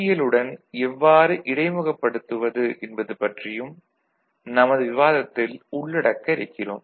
L உடன் எவ்வாறு இடைமுகப்படுத்துவது என்பது பற்றியும் நமது விவாதத்தில் உள்ளடக்க இருக்கிறோம்